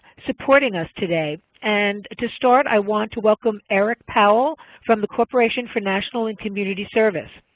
supporting us today. and to start, i want to welcome eric powell from the corporation for national and community service.